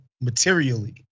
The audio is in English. materially